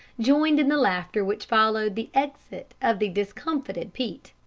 joined in the laughter which followed the exit of the discomfited pete.